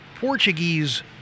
Portuguese